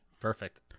Perfect